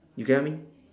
you get what I mean